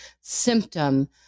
symptom